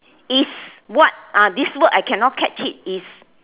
is what ah this word I cannot catch it is